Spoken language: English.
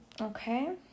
Okay